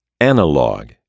Analog